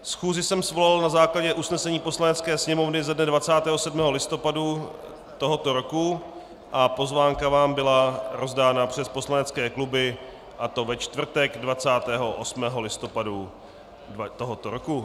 Schůzi jsem svolal na základě usnesení Poslanecké sněmovny ze dne 27. listopadu tohoto roku a pozvánka vám byla rozdána přes poslanecké kluby, a to ve čtvrtek 28. listopadu tohoto roku.